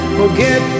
forget